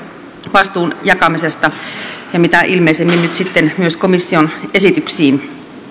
vastuun jakamisesta ja mitä ilmeisimmin nyt sitten myös komission esityksiin